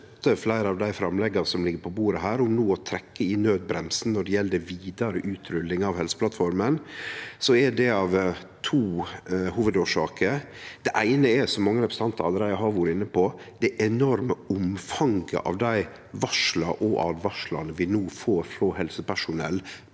fleire av dei framlegga som ligg på bordet her, og no å trekkje i nødbremsen når det gjeld vidare utrulling av Helseplattforma, er det av to hovudårsaker. Det eine er, som mange representantar allereie har vore inne på, det enorme omfanget av varsel og åtvaringar vi no får frå helsepersonell